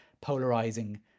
polarizing